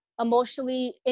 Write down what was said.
emotionally